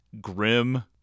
grim